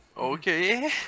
Okay